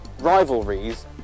rivalries